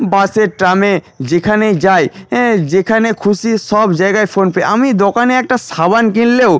বাসে ট্রামে যেখানেই যাই যেখানে খুশি সব জায়গায় ফোনপে আমি দোকানে একটা সাবান কিনলেও